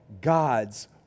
God's